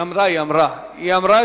היא אמרה, היא אמרה.